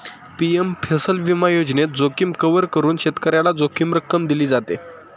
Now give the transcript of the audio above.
PM फसल विमा योजनेत, जोखीम कव्हर करून शेतकऱ्याला जोखीम रक्कम दिली जाते